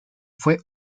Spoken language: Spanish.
fue